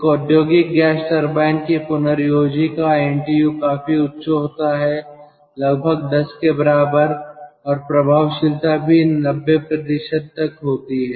एक औद्योगिक gas turbine के पुनर्योजी का NTU काफी उच्च होता है लगभग 10 के बराबर और प्रभावशीलता भी 90 तक होती है